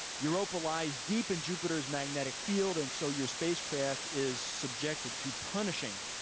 europa lies deep in jupiter's magnetic field and so your spacecraft is subjected to punishing